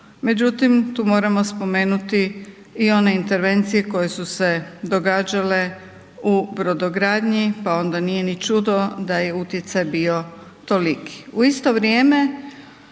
Međutim tu moramo spomenuti i one intervencije koje su se događale u brodogradnji pa onda nije ni čudo da je utjecaj bio toliki.